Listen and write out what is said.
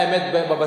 זו האמת בבסיס.